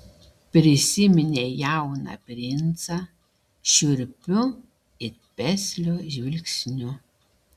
prisiminė jauną princą šiurpiu it peslio žvilgsniu